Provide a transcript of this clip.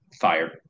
fire